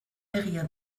egia